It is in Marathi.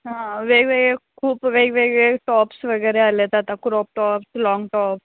हां वेगवेगळे खूप वेगवेगळे टॉप्स वगैरे आल्या आहेत आता क्रॉप टॉप्स लाँग टॉप